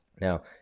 now